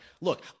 look